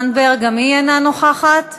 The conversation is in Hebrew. כלפי לקוחותיהם בהתאם לכל דין נותר על כנו.